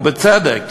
ובצדק,